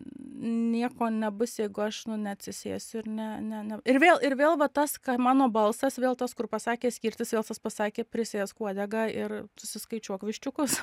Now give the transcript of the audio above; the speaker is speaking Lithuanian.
nieko nebus jeigu aš nu neatsisėsiu ir ne ne ne ir vėl ir vėl va tas ka mano balsas vėl tas kur pasakė skirtis vėl tas pasakė prisėsk uodegą ir susiskaičiuok viščiukus